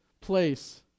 place